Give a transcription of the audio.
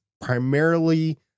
primarily